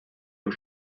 aux